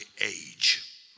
age